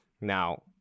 Now